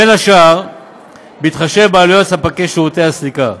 בין השאר בהתחשב בעלויות לספקי שירותי הסליקה.